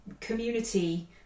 community